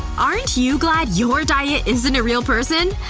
aren't you glad your diet isn't a real person?